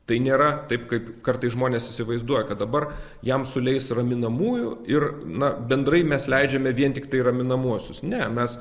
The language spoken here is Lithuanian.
tai nėra taip kaip kartais žmonės įsivaizduoja kad dabar jam suleis raminamųjų ir na bendrai mes leidžiame vien tiktai raminamuosius ne mes